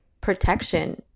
protection